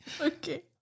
Okay